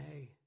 hey